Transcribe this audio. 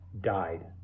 died